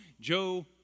Joe